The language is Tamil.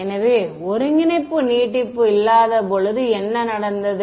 எனவே ஒருங்கிணைப்பு நீட்டிப்பு இல்லாத போது என்ன நடந்தது